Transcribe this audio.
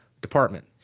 department